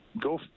go